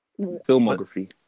Filmography